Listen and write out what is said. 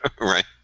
Right